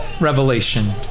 revelation